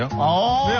um all yeah